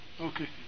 Okay